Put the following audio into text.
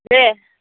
दे